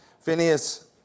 Phineas